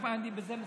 ואני בזה מסיים.